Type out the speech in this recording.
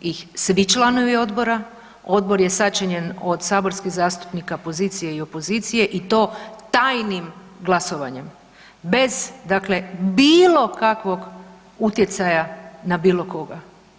ih svi članovi odbora, odbor je sačinjen od saborskih zastupnika pozicije i opozicije i to tajnim glasovanjem, bez dakle bilokakvog utjecaja na bilokoga.